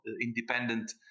independent